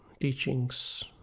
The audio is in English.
teachings